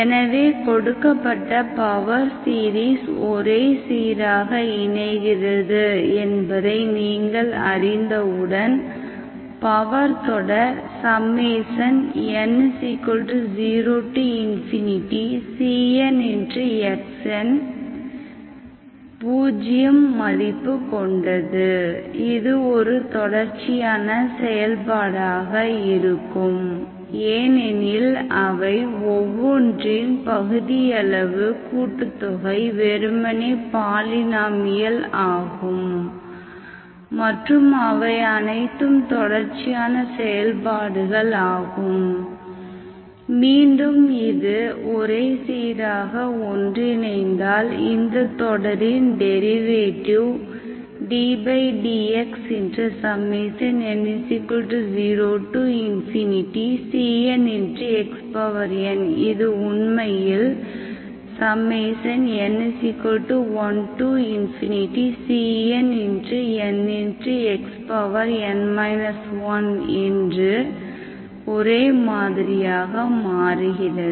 எனவே கொடுக்கப்பட்ட power series ஒரே சீராக இணைகிறது என்பதை நீங்கள் அறிந்தவுடன் பவர் தொடர் n0cnxnபூஜ்யம் மதிப்பு கொண்டது இது ஒரு தொடர்ச்சியான செயல்பாடாக இருக்கும் ஏனெனில் அவை ஒவ்வொன்றின் பகுதியளவு கூட்டுத்தொகை வெறுமனே பாலினமியால் ஆகும் மற்றும் அவை அனைத்தும் தொடர்ச்சியான செயல்பாடுகள் ஆகும் மீண்டும் இது ஒரே சீராக ஒன்றிணைந்தால் இந்தத் தொடரின் டெரிவேட்டிவ் ddxn 0cnxn இது உண்மையில் n1cnnxn 1 என்று ஒரே மாதிரியாக மாறுகிறது